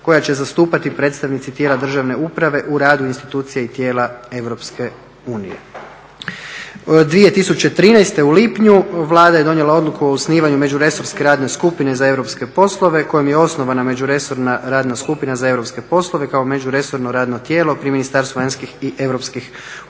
koja će zastupati predstavnici tijela državne uprave u radu institucija i tijela EU. 2013. u lipnju Vlada je donijela odluku o osnivanju Međuresorske radne skupine za europske poslove kojom je osnovana Međuresorna radna skupina za europske poslove kao međuresorno radno tijelo pri Ministarstvu vanjskih i europskih poslova.